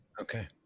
Okay